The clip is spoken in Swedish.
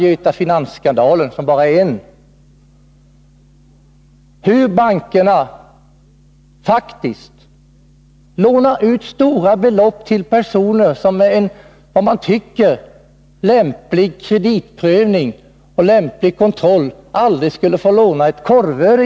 Göta Finans-skandalen är bara ett exempel på hur bankerna faktiskt lånar ut stora belopp till personer som, efter vad man tycker, vid lämplig kreditprövning och lämplig kontroll aldrig skulle få låna ett korvöre.